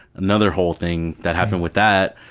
another whole thing that happened with that.